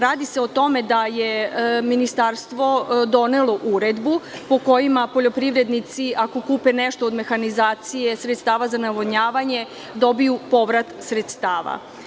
Radi se o tome da je ministarstvo donelo uredbu po kojima poljoprivrednici ako kupe nešto od mehanizacije sredstava za navodnjavanje dobiju povrat sredstava.